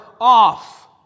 off